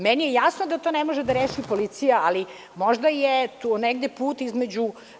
Meni je jasno da to ne može da reši policija, ali možda je tu negde put između.